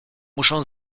muszę